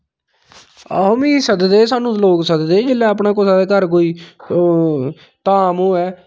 आहो मिगी सददे ते स्हानू लोग सददे जेल्लै अपने कुसै दर कोई ओह् धाम होऐ